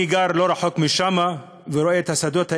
גר לא רחוק משם ורואה את השדות האלה,